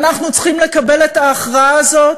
אנחנו צריכים לקבל את ההכרעה הזאת,